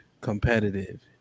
competitive